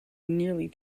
nearly